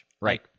Right